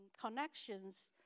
connections